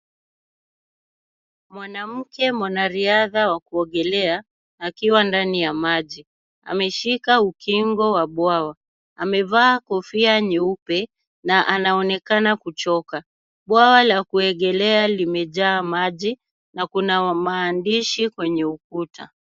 Mwanamke mwanariadha wa kuogelea akiwa ndani ya maji, ameshika ukingo wa bwawa. Amevaa kofia nyeupe na anaonekana kuchoka. Bwawa la kuogelea limejaa maji na kuna maandishi kwenye ukuta.